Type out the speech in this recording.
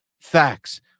facts